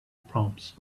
proms